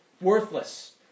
Worthless